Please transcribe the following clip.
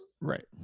right